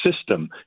system